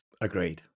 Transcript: Agreed